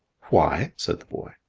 why? said the boy.